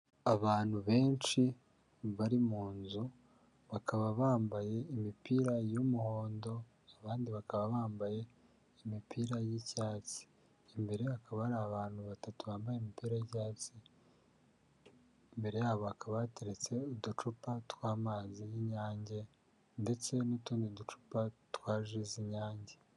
Abantu benshi bari mu nzu bakaba bambaye imipira y'umuhondo abandi bakaba bambaye imipira y'icyatsi, imbere hakaba hari abantu batatu bambaye imipira y'icyatsi. Imbere yabo hakaba hateretse uducupa tw'amazi y'Inyange ndetse n'utundi ducupa twa ji z'Inyange.